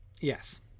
Yes